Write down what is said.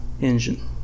engine